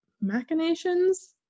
Machinations